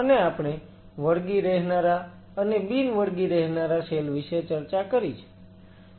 અને આપણે વળગી રહેનારા અને બિન વળગી રહેનારા સેલ વિશે ચર્ચા કરી છે